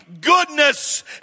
goodness